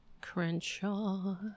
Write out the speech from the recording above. crenshaw